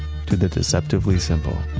to the deceptively simple.